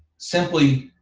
simply,